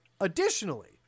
Additionally